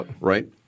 right